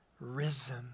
risen